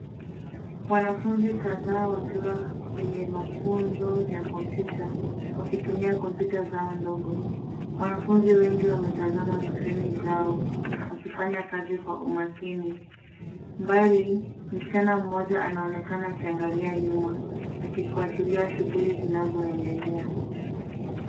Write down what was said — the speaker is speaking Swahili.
Wanafunzi kadhaa wakiwa kwenye mafunzo ya kompyuta wakitumia kompyuta zao ndogo. Wanafunzi wengi wametazama skrini zao wakifanya kazi kwa umakini. Mbali, msichana mmoja anaonekana akiangalia nyuma akifuatilia shughuli zinazoendelea.